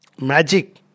magic